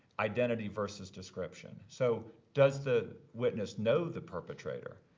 identity versus description. so does the witness know the perpetrator?